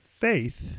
faith